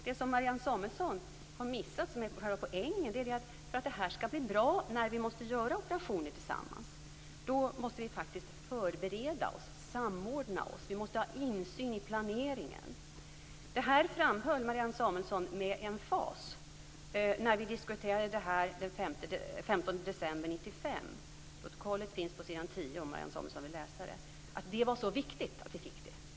Det som Marianne Samuelsson har missat, vilket är själva poängen, är att förutsättningen för att de operationer som vi måste göra tillsammans skall bli bra är att vi måste förbereda oss, samordna oss och ha insyn i planeringen. Detta framhöll Marianne Samuelsson med emfas när vi diskuterade frågan den 15 december 1995. Om Marianne Samuelsson vill läsa det står det i protokollet på s. 10 att det var så viktigt att så skedde.